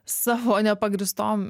savo nepagrįstom